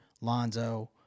Lonzo